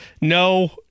No